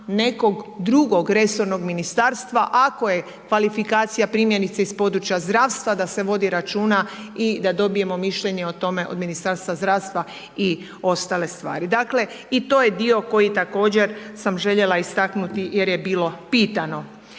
nekog drugog resornog ministarstva, ako je kvalifikacija primjerice iz područja zdravstva da se vodi računa i da dobijemo mišljenje o tome od Ministarstva zdravstva i ostale stvari. Dakle, i to je dio koji također sam željela istaknuti jer je bilo pitano.